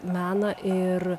meną ir